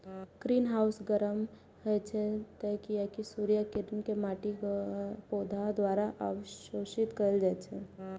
greenhouse गर्म होइ छै, कियैकि सूर्यक किरण कें माटि, पौधा द्वारा अवशोषित कैल जाइ छै